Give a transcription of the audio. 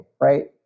right